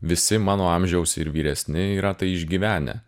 visi mano amžiaus ir vyresni yra tai išgyvenę